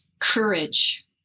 courage